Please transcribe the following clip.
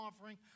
offering